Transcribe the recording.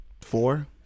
four